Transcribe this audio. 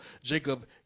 Jacob